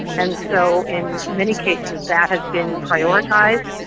and so in many cases that has been prioritised.